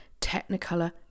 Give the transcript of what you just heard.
technicolor